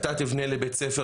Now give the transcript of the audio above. אתה תבנה לי בית ספר,